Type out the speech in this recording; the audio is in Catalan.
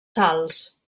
salts